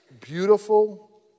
beautiful